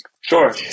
Sure